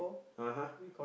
(uh huh)